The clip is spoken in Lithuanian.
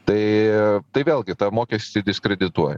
tai tai vėlgi tą mokestį diskredituoja